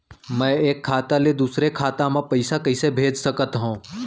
मैं एक खाता ले दूसर खाता मा पइसा कइसे भेज सकत हओं?